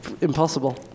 Impossible